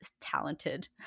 talented